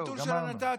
והביטול של הנת"צים.